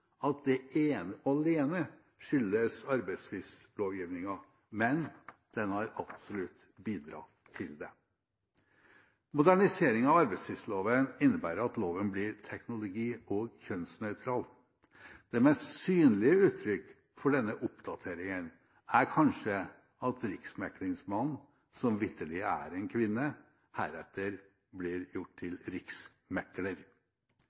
at det ene og alene skyldes arbeidstvistlovgivningen, men den har absolutt bidratt. Moderniseringen av arbeidstvistloven innebærer at loven blir teknologi- og kjønnsnøytral. Det mest synlige uttrykk for denne oppdateringen er kanskje at «riksmeklingsmannen» – som vitterlig er en kvinne – heretter